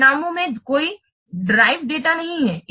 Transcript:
परिणामों में कोई देऱीवे डेटा नहीं है